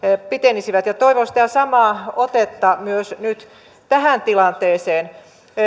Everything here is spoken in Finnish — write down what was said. pitenisivät toivon sitä samaa otetta myös nyt tähän tilanteeseen